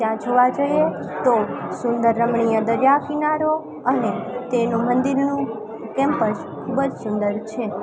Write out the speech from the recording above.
ત્યાં જોવા જઈએ તો સુંદર રમણીય દરિયાકિનારો અને તેનું મંદિરનું કેમ્પસ ખૂબ જ સુંદર છે